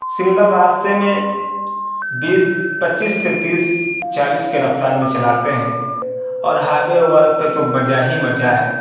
single راستے میں بیس پچیس سے تیس چالیس کے رفتار میں چلاتے ہیں اور ہائیبے وغیرہ پہ تو مزہ ہی مزہ ہے